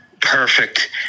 perfect